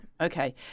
okay